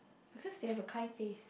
because they have a kind face